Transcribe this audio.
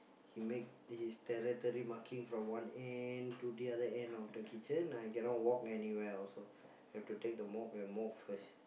he make his territory marking from one end to the other end of the kitchen I cannot walk anywhere also have to take the mop and mop first